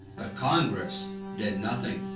but congress did nothing.